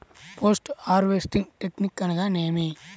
Post harvesting technique అనగా నేమి?